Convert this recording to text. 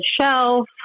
shelf